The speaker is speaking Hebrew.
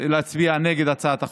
להצביע נגד הצעת החוק.